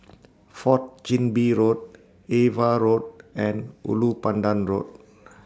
Fourth Chin Bee Road AVA Road and Ulu Pandan Road